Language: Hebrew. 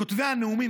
כותבי הנאומים,